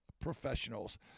professionals